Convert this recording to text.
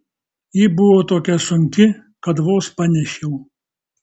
ji buvo tokia sunki kad vos panešiau